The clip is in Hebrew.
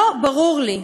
לא ברור לי,